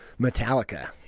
Metallica